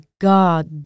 God